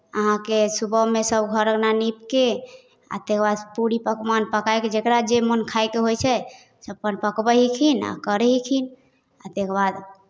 अहाँकेँ सुबहमे सभ घर अङना नीपि कऽ आ तकर बाद पूरी पकवान पकाए कऽ जकरा जे मोन खायके होइ छै से अपन पकबैहेखिन आ करैहेखिन आ तकर बाद